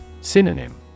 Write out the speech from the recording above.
Synonym